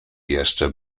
jeszcze